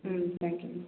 ம் thank you ma'am